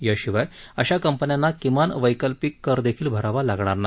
याशिवाय अशा कंपन्यांना किमान वैकल्पीक कर देखील भरावा लागणार नाही